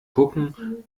gucken